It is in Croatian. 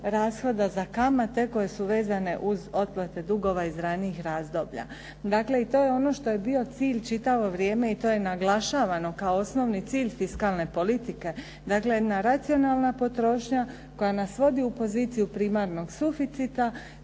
rashoda za kamate koje su vezane uz otplate dugova iz ranijih razdoblja. Dakle, i to je ono što je bio cilj čitavo vrijeme i to je naglašavano kao osnovni cilj fiskalne politike. Dakle, na racionalna potrošnja koja nas vodi u poziciju primarnog suficita,